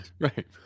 Right